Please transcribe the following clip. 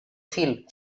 fil